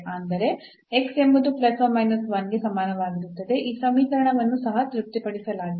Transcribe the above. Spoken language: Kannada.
ಅಂದರೆ ಎಂಬುದು ಗೆ ಸಮಾನವಾಗಿರುತ್ತದೆ ಈ ಸಮೀಕರಣವನ್ನು ಸಹ ತೃಪ್ತಿಪಡಿಸಲಾಗಿದೆ